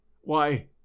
Why